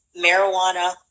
marijuana